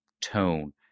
tone